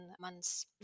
months